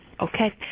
Okay